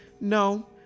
no